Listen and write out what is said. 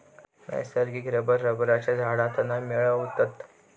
नैसर्गिक रबर रबरच्या झाडांतना मिळवतत